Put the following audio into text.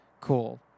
cool